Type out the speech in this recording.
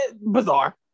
Bizarre